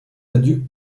adieux